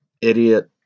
idiot